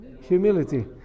humility